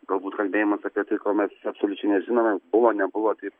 galbūt kalbėjimas apie tai ko mes čia sulčių nežinome buvo nebuvo taip